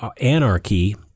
anarchy